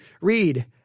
read